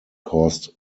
caused